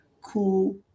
cool